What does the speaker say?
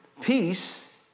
peace